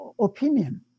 opinion